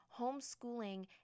homeschooling